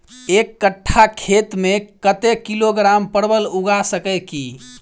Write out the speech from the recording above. एक कट्ठा खेत मे कत्ते किलोग्राम परवल उगा सकय की??